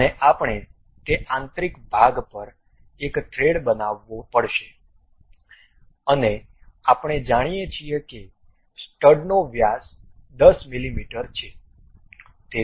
અને આપણે તે આંતરિક ભાગ પર એક થ્રેડ બનાવવો પડશે અને આપણે જાણીએ છીએ કે સ્ટડનો વ્યાસ 10 મીમી છે